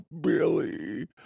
Billy